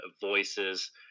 voices